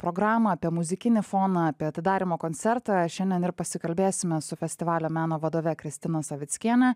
programą apie muzikinį foną apie atidarymo koncertą šiandien ir pasikalbėsime su festivalio meno vadove kristina savickiene